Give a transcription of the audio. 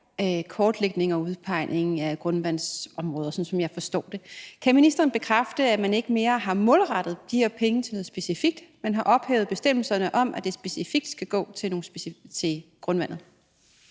kortlægning og udpegning af grundvandsområder, sådan som jeg forstår det. Kan ministeren bekræfte, at man ikke mere har målrettet de her penge til noget specifikt, altså at man har ophævet bestemmelsen om, at det specifikt skal gå til grundvandet?